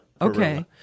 Okay